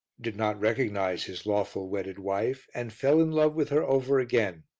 did not recognize his lawful, wedded wife and fell in love with her over again.